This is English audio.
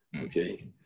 Okay